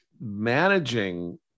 managing